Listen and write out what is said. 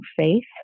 faith